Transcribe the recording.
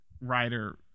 writer